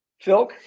Phil